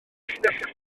llinellau